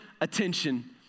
attention